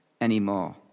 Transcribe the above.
anymore